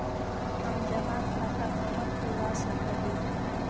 हम जमा खाता कहाँ खुलवा सक ही?